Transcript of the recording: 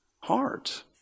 heart